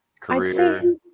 career